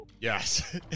Yes